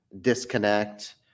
disconnect